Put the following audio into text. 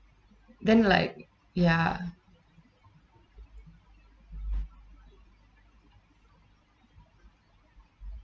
then like ya